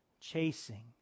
chasing